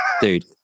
dude